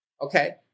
okay